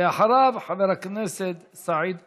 ואחריו, חבר הכנסת סעיד אלחרומי.